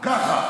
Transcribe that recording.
ככה.